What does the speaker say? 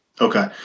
Okay